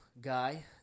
guy